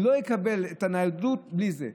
הוא לא יקבל את הניידות בלי זה.